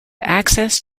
access